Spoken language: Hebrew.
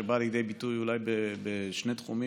שבאה לידי ביטוי אולי בשני תחומים,